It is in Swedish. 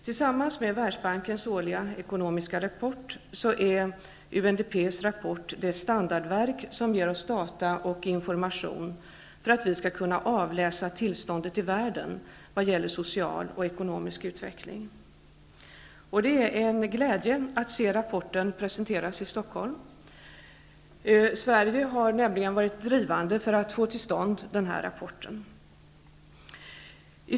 Tillsammans med Världsbankens årliga ekonomiska rapport är UNDP:s rapport det standardverk som ger oss data och information för att vi skall kunna avläsa tillståndet i världen vad gäller social och ekonomisk utveckling. Det är en glädje att se rapporten presenteras i Stockholm. Sverige har nämligen varit drivande för att få till stånd den här rapporten.